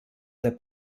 der